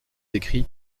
écrits